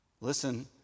Listen